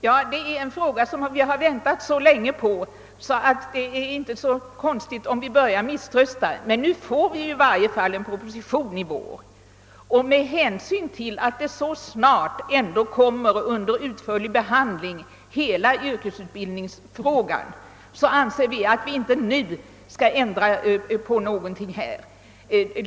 Ja, vi har väntat så länge på den lösningen att det inte är konstigt om vi börjar misströsta. Nu kommer emellertid en proposition att framläggas i vår, och med hänsyn till att hela yrkesutbildningsfrågan så snart kommer att utförligt behandlas anser utskottsmajoriteten att vi inte nu bör genomföra några ändringar.